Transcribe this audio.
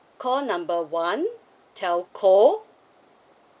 call number one telco